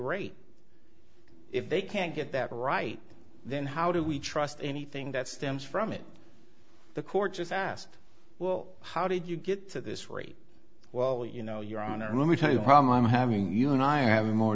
rate if they can't get that right then how do we trust anything that stems from it the court just asked well how did you get to this rate well you know your honor let me tell you the problem having you and i having more